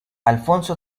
alfonso